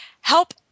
help